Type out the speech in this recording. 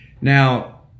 now